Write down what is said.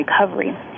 recovery